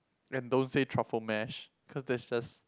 and don't say truffle mash cause that's just